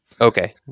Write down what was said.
Okay